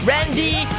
Randy